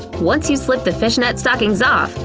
once you slip the fishnet stocking off,